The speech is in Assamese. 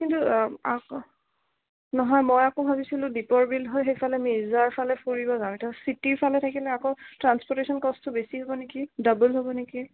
কিন্তু আকৌ নহয় মই আকৌ ভাবিছিলোঁ দীপৰ বিল হৈ সেইফালে মিৰ্জাৰ ফালে ফুৰিব যাম এতিয়া চিটিৰ ফালে থাকিলে আকৌ ট্ৰাঞ্চপৰ্টেচ্যন কষ্টটো বেছি হ'ব নেকি ডাবল হ'ব নেকি